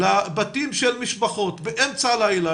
לבתים של משפחות באמצע הלילה,